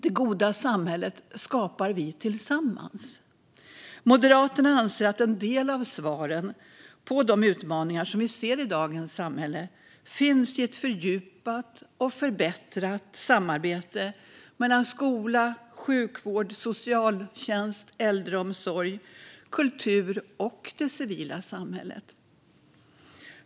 Det goda samhället skapar vi tillsammans. Moderaterna anser att en del av svaren på de utmaningar som vi ser i dagens samhälle finns i ett fördjupat och förbättrat samarbete mellan skola, sjukvård, socialtjänst, äldreomsorg, kultur och det civila samhället.